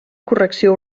correcció